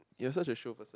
you're also a show person